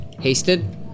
Hasted